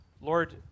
Lord